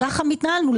ככה התנהלנו.